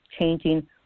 changing